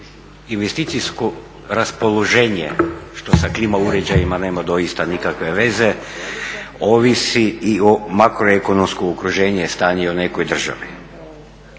investicijsko raspoloženje što sa klima uređajima nema doista nikakve veze, ovisi i o makroekonomskom okruženju i stanje u nekoj državi.